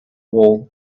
wall